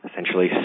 essentially